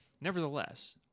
nevertheless